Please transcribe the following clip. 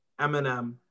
Eminem